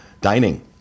dining